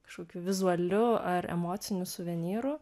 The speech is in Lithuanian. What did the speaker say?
kažkokiu vizualiu ar emociniu suvenyru